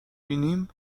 بینیم